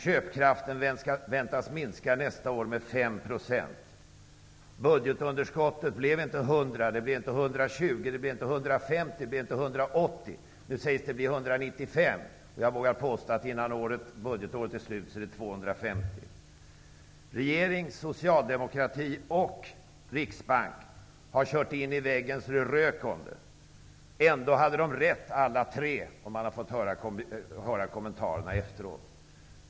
Köpkraften väntas minska nästa år med 5 %. Budgetunderskottet blir inte 100, inte 120, inte 150 och inte 180 miljarder, utan nu sägs det bli 195 miljarder. Jag vågar påstå att det innan budgetåret är slut är uppe i 250 miljarder. Regering, socialdemokrati och Riksbank har kört in i väggen så att det ryker om det. Ändå har de alla tre haft rätt, att döma av kommentarerna efteråt.